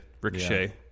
Ricochet